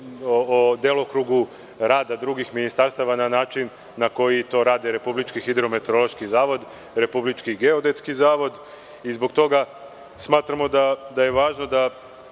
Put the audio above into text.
delokrugu rada drugih ministarstava na način na koji to rade Republički hidrometeorološki zavod, Republički geodetski zavod i zbog toga smatramo da je važno da